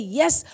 yes